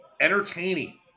entertaining